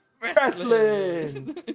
wrestling